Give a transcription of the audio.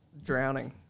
Drowning